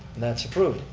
and that's approved,